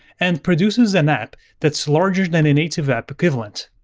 and produces an app that's larger than a native app equivalent.